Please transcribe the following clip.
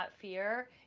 fear